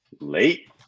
Late